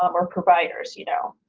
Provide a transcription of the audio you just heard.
um or providers, you know,